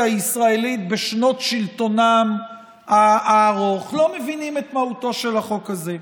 הישראלית בשנות שלטונם הארוך לא מבינים את מהותו של החוק הזה.